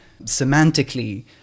semantically